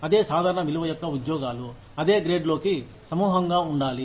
అదే సాధారణ విలువ యొక్క ఉద్యోగాలు అదే గ్రేడ్ లోకి సమూహంగా ఉండాలి